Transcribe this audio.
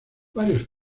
varios